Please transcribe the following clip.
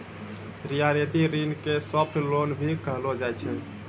रियायती ऋण के सॉफ्ट लोन भी कहलो जाय छै